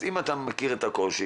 אז אם אתה מכיר את הקושי,